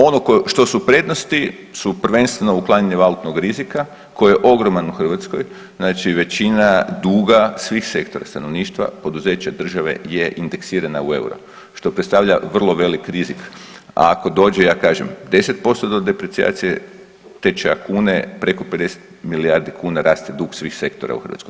Ono što su prednosti su prvenstveno uklanjanje valutnog rizika koji je ogroman u Hrvatskoj, znači većina duga svih sektora stanovništva, poduzeća, države je indeksiran na EUR, što predstavlja vrlo velik rizik, a ako dođe, ja kažem 10% do deprecijacije tečaja kune preko 50 milijardi kuna raste dug svih sektora u Hrvatskoj.